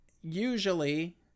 usually